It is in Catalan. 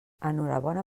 enhorabona